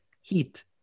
heat